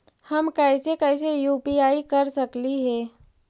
हम कैसे कैसे यु.पी.आई कर सकली हे?